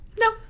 No